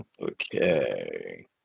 Okay